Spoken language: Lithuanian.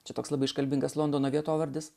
šitoks labai iškalbingas londono vietovardis